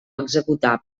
executar